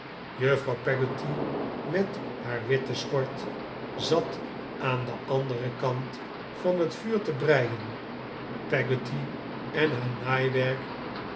juffrouw peggotty met haar witte schort zat aah den anderen kant van het vuur te breien peggotty en haar